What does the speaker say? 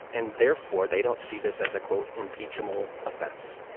and therefore, they don't see this as a, quote, impeachable offense.